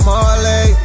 Marley